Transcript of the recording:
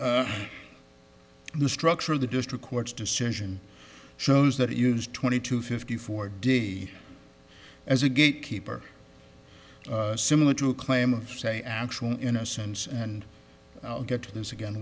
m the structure of the district court's decision shows that it used twenty two fifty four day as a gatekeeper similar to a claim of say actual innocence and i'll get to this again